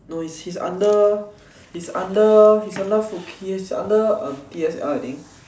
no he's under he's under he's under he's under uh T_S_L I think